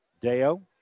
Deo